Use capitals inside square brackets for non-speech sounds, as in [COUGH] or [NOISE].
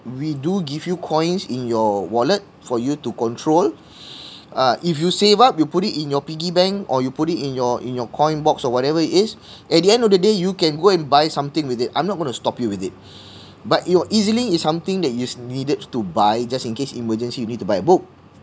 we do give you coins in your wallet for you to control [BREATH] uh if you save up you put it in your piggy bank or you put it in your in your coin box or whatever it is at the end of the day you can go and buy something with it I'm not going to stop you with it but your E_Z link is something that is needed to buy just in case emergency you need to buy a book